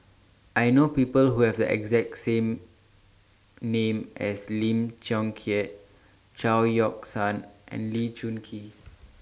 I know People Who Have The exact same name as Lim Chong Keat Chao Yoke San and Lee Choon Kee